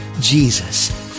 Jesus